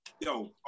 yo